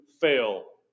fail